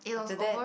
after that